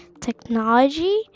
technology